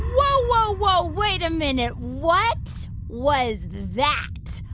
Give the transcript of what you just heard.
whoa. whoa. whoa. wait a minute. what was that?